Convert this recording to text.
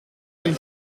een